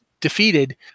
defeated